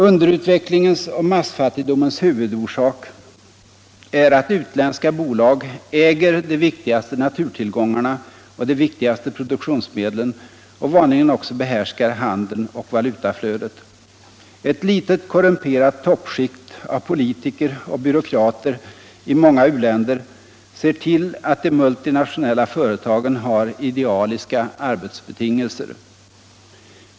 Underutvecklingens och massfattigdomens huvudorsak är att ulländska bolag äger de viktigaste naturtillgångarna och de viktigaste produktionsmedlen och vanligen också behärskar handeln och valutaflödet. Ett litet korrumperat toppskikt av politiker och byråkrater i många uländer ser till att de multinationella företagen har idealiska arbetsbetingelser.